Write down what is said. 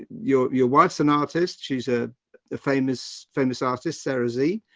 your, your wife's an artist. she's a famous famous artist, sarah z.